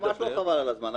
לא ממש לא חבל על הזמן.